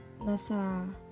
nasa